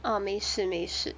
ah 没事没事